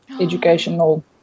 educational